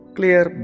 Clear